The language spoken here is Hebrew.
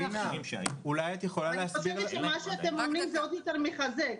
מה שאתם אומרים, זה עוד יותר מחזק.